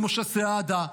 משה סעדה,